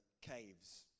caves